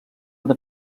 una